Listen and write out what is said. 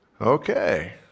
Okay